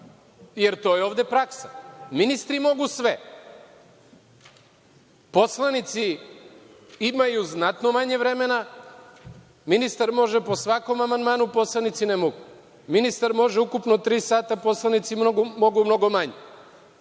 jer to je ovde praksa. Ministri mogu sve, poslanici imaju znatno manje vremena. Ministar može po svakom amandmanu, poslanici ne mogu. Ministar može ukupno tri sata, poslanici mogu mnogo manje.